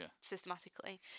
systematically